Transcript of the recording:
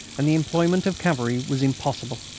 and the employment of cavalry was impossible.